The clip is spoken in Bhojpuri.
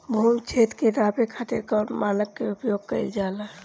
भूमि क्षेत्र के नापे खातिर कौन मानक के उपयोग कइल जाला?